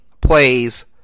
plays